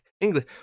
English